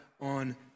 on